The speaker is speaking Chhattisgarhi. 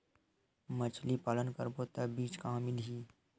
मछरी पालन करबो त बीज कहां मिलही?